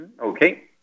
Okay